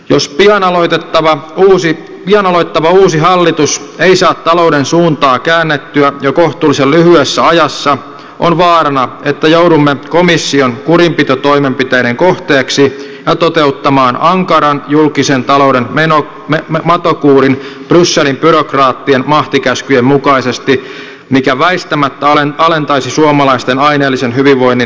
jos pian aloittava uusi hallitus ei saa talouden suuntaa käännettyä jo kohtuullisen lyhyessä ajassa on vaarana että joudumme komission kurinpitotoimenpiteiden kohteeksi ja toteuttamaan ankaran julkisen talouden matokuurin brysselin byrokraattien mahtikäskyjen mukaisesti mikä väistämättä alentaisi suomalaisten aineellisen hyvinvoinnin keskimääräistä tasoa